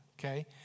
Okay